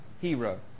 hero